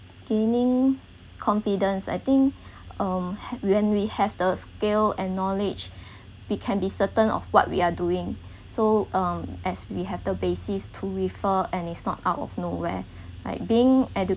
gaining confidence I think um ha~ when we have the skill and knowledge we can be certain of what we are doing so um as we have the basis to refer and is not out of nowhere like being